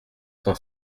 cent